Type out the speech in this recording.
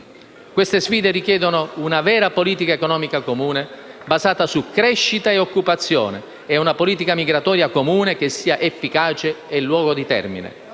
Queste sfide richiedono una vera politica economica comune basata su crescita e occupazione, e una politica migratoria comune che sia efficace e di lungo termine.